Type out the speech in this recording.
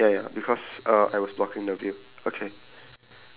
okay wait wait wait I might be blind a bit oh ya ya ya it's it's orange it's orange !oops!